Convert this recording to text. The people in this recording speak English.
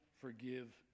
forgive